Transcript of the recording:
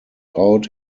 out